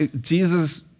Jesus